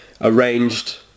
arranged